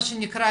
מה שנקרא,